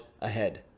ahead